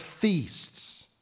feasts